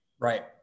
Right